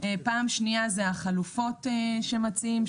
והבעיה השנייה היא החלופות שמציעים,